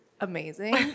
amazing